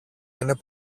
είναι